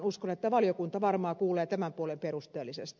uskon että valiokunta varmaan kuulee tämän puolen perusteellisesti